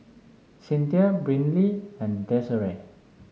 Cinthia Brynlee and Desirae